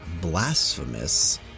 Blasphemous